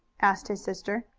asked his sister.